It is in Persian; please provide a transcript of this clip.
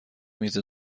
میز